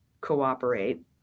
cooperate